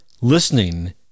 listening